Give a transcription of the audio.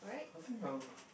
I think I'll